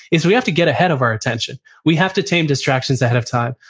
is we have to get ahead of our attention. we have to tame distractions ahead of time.